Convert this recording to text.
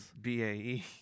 B-A-E